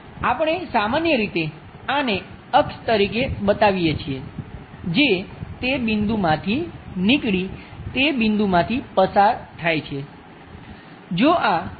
આપણે સામાન્ય રીતે આને અક્ષ તરીકે બતાવીએ છીએ જે તે બિંદુમાંથી નીકળી તે બિંદુમાંથી પસાર થાય છે